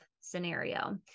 scenario